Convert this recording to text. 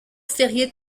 férié